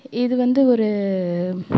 இது வந்து ஒரு